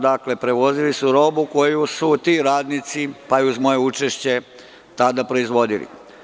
Dakle, prevozili su robu koju su ti radnici, pa i uz moje učešće tada proizvodili.